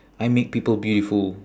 I make people beautiful